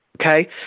Okay